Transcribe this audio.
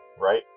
right